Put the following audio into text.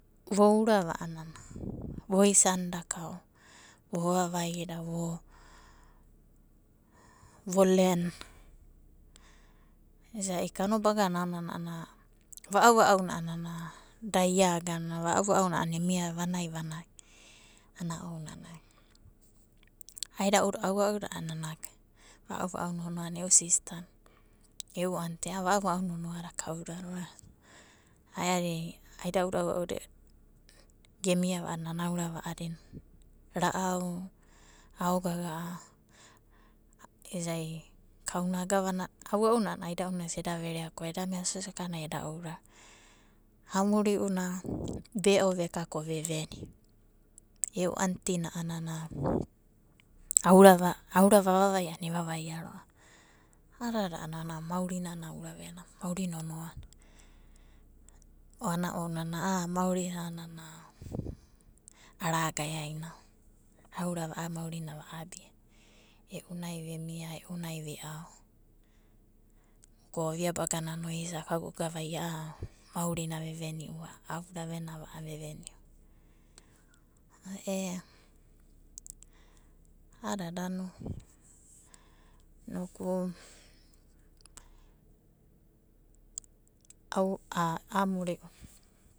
Vo ura va anana, vo isanda kau vo vavaeda, vo, vo len. Isai kanobagana nanai na anana, va'au va'au na iagana. Va'au va'auna emia vanai vanai. Ana ounana, aida'uda, aua'uda va'au va'au nonoana, e'u sistana, e'u anti ada va'au va'auda nonoanana. Ai adi ada'uda, aua'uda ge mia vai, aorava adina. Ra'au aogaga'a isai kauna agavenai. Aua'una, aida'una veo veka ko veveni. E'u anti nana, aora vavaia e vavaia roava. Adada maurina aoravena. Maurin nonoana, o ana ounana ana maurina ananai, a ragae aena. Aoura a maurina va abia eu nai ve mia. Eu na ve au ko oviabaga nano aesaka agogavai a'a maurina ve venia, aoravena veveniu. E'a adada no. Noku amuriu.